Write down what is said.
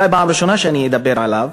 אולי פעם ראשונה שאני מדבר עליו.